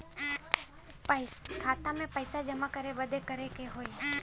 खाता मे पैसा जमा करे बदे का करे के होई?